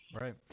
right